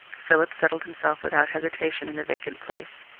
philip settled himself without hesitation in the vacant place.